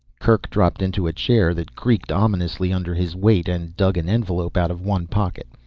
kerk dropped into a chair that creaked ominously under his weight, and dug an envelope out of one pocket.